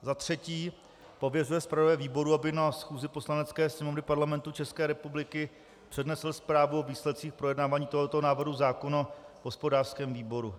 III. pověřuje zpravodaje výboru, aby na schůzi Poslanecké sněmovny Parlamentu České republiky přednesl zprávu o výsledcích projednávání tohoto návrhu zákona v hospodářském výboru;